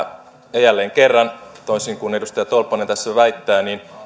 ja jälleen kerran toisin kuin edustaja tolppanen tässä väittää